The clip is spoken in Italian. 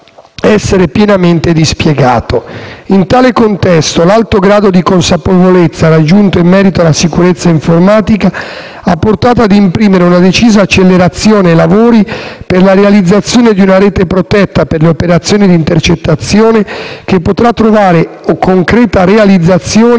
essere pienamente dispiegato. In tale contesto, l'alto grado di consapevolezza raggiunto in merito alla sicurezza informatica ha portato a imprimere una decisa accelerazione ai lavori per la realizzazione di una rete protetta per le operazioni d'intercettazione che potrà trovare concreta realizzazione